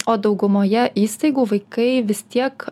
o daugumoje įstaigų vaikai vis tiek